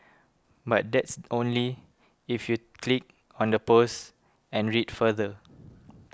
but that's only if you click on the post and read further